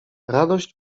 radość